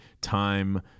time